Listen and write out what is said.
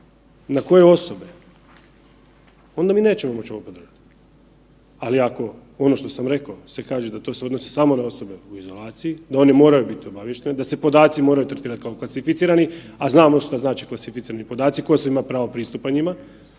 na koje osobe onda mi nećemo moći ovo …/nerazumljivo/… ali ako ono što sam rekao se kaže da se to odnosi samo na osobe u izolaciji, da one moraju biti obavještene, da se podaci moraju tretirati kao klasificirani, a znamo što znači klasificirani podaci tko sve ima pravo pristupa njima